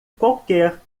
qualquer